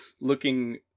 looking